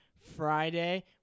friday